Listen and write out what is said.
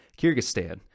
Kyrgyzstan